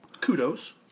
Kudos